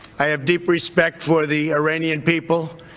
i have deep respect for the iranian people.